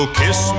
kiss